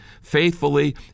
faithfully